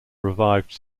revived